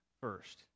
first